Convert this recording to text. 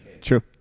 True